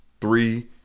three